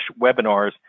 webinars